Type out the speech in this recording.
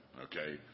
Okay